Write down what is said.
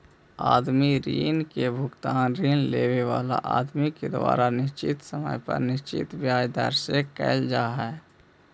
आदमी ऋण के भुगतान ऋण लेवे वाला आदमी के द्वारा निश्चित समय पर निश्चित ब्याज दर से कईल जा हई